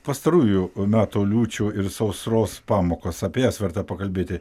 pastarųjų metų liūčių ir sausros pamokos apie jas verta pakalbėti